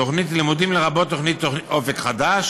'תוכנית לימודים' לרבות תוכנית 'אופק חדש',